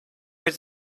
was